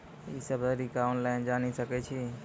ई सब तरीका ऑनलाइन जानि सकैत छी?